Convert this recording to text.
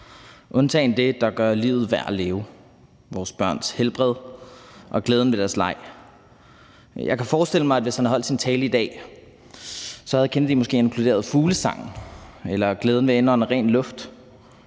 undtagen det, der gør livet værd at leve – vores børns helbred og glæden ved deres leg. Jeg kan forestille mig, at hvis han holdt sin tale i dag, havde Kennedy måske inkluderet fuglesang eller glæden ved at indånde ren luft.